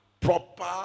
proper